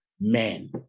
men